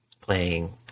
playing